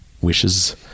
wishes